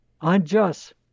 unjust